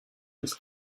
this